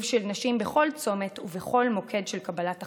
של נשים בכל צומת ובכל מוקד של קבלת החלטות.